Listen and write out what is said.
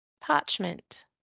Parchment